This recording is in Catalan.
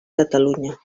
catalunya